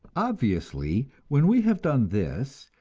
obviously, when we have done this,